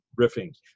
riffing